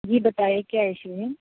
جی بتائیے کیا ایشو ہے